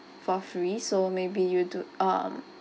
for free so maybe you do um